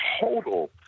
total